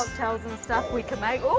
cocktails and stuff we can make.